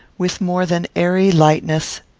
with more than airy lightness,